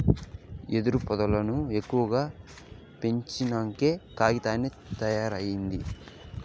వెదురు పొదల్లను ఎక్కువగా పెంచినంకే కాగితం తయారైంది